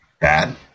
bad